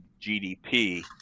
GDP